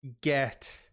get